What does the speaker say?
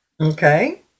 Okay